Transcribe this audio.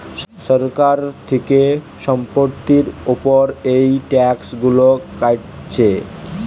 সরকার থিকে সম্পত্তির উপর এই ট্যাক্স গুলো কাটছে